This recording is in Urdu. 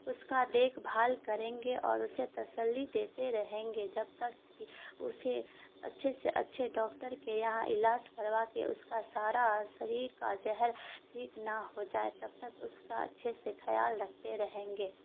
اس کا دیکھ بھال کریں گے اور اسے تسلی دیتے رہیں گے جب تک کہ اسے اچھے سے اچھے ڈاکٹر کے یہاں علاج کروا کے اس کا سارا شریر کا زہر ٹھیک نہ ہو جائے تب تک اس کا اچھے سے خیال رکھتے رہیں گے